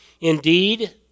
Indeed